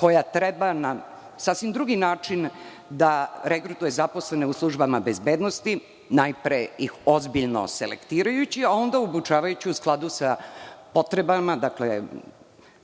koja treba na sasvim drugi način da regrutuje zaposlene u službama bezbednosti, najpre ih ozbiljno selektirajući, a onda obučavajući u skladu sa potrebama,